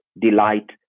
Delight